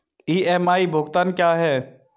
EMI भुगतान क्या है?